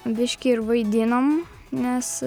biškį ir vaidinom nes